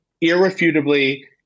irrefutably